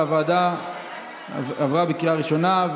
בקריאה ראשונה,